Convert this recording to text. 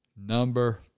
Number